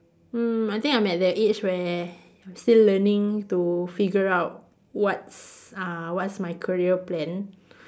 mm I think I'm at that age where I still learning to figure out what's uh what's my career plan